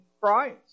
Christ